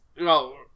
No